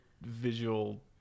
visual